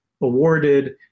awarded